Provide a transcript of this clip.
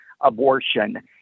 abortion